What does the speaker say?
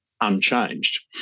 unchanged